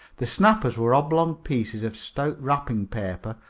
the snappers were oblong pieces of stout wrapping paper,